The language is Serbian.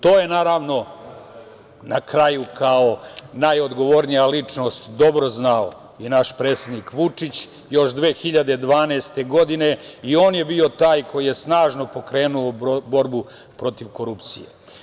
To je, naravno, na kraju kao najodgovornija ličnost dobro znao i naš predsednik Vučić još 2012. godine i on je bio taj koji je snažno pokrenuo borbu protiv korupcije.